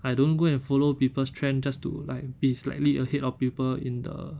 I don't go and follow people's trend just to like be slightly ahead of people in the